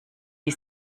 die